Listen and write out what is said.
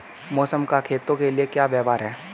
मौसम का खेतों के लिये क्या व्यवहार है?